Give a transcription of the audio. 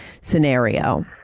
scenario